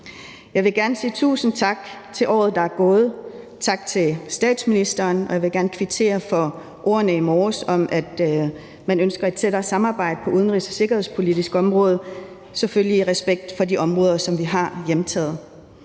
Jeg vil gerne sige tusind tak for året, der er gået. Tak til statsministeren. Og jeg vil gerne kvittere for ordene fra i morges om, at man ønsker et tættere samarbejde på det udenrigs- og sikkerhedspolitiske område, selvfølgelig i respekt for de områder, som vi har hjemtaget.